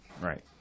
Right